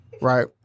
right